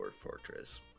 Fortress